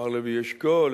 מר לוי אשכול,